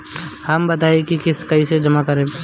हम का बताई की किस्त कईसे जमा करेम?